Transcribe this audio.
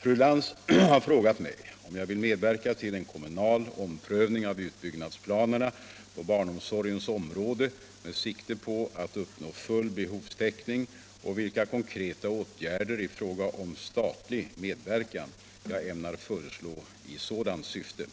Fru Lantz har frågat mig om jag vill medverka till en kommunal omprövning av utbyggnadsplanerna på barnomsorgens område med sikte på att uppnå full behovstäckning, och vilka konkreta åtgärder i fråga om statlig medverkan jag ämnar föreslå i sådant syfte.